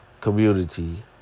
Community